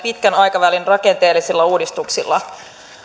pitkän aikavälin rakenteellisilla uudistuksilla